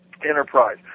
enterprise